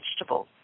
vegetables